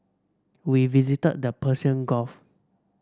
we visited the Persian Gulf